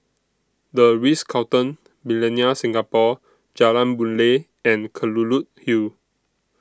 The Ritz Carlton Millenia Singapore Jalan Boon Lay and Kelulut Hill